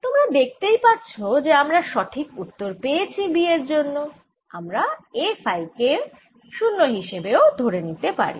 তোমরা দেখতেই পাচ্ছ যে আমরা সঠিক উত্তর পেয়েছি B এর জন্য আমরা A ফাই কে 0 হিসেবে ও ধরে নিতে পারি